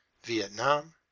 Vietnam